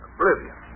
Oblivion